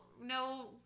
No